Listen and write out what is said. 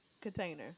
container